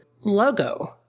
logo